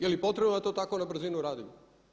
Jeli potrebno da to tako na brzinu radimo?